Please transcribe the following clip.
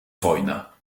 wojna